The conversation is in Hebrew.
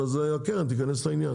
אז מה הטעם שיש לך פוליסה?